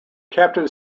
captain